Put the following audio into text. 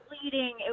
bleeding